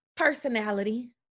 Personality